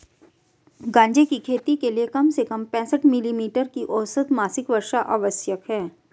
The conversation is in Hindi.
गांजे की खेती के लिए कम से कम पैंसठ मिली मीटर की औसत मासिक वर्षा आवश्यक है